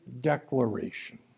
declaration